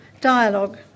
dialogue